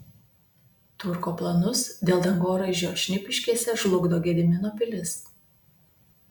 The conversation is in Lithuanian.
turko planus dėl dangoraižio šnipiškėse žlugdo gedimino pilis